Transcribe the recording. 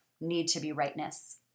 need-to-be-rightness